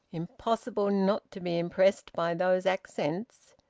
impossible not to be impressed by those accents!